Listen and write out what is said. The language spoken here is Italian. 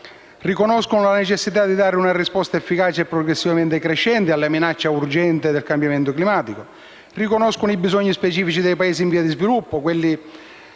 Riconoscono la necessità di dare una risposta efficace e progressivamente crescente alla minaccia urgente del cambiamento climatico. Riconoscono i bisogni specifici dei Paesi in via di sviluppo, specie